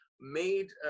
made